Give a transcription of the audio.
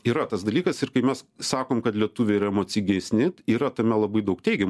yra tas dalykas ir kai mes sakom kad lietuviai yra emocingesni yra tame labai daug teigiamų